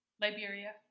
Liberia